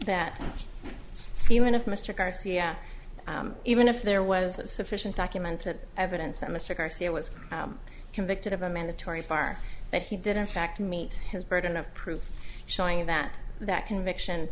that even if mr garcia even if there was sufficient documented evidence that mr garcia was convicted of a mandatory bar that he did in fact meet his burden of proof showing that that conviction